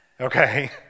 Okay